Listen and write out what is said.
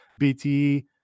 BTE